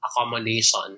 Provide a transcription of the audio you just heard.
Accommodation